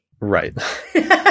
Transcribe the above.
Right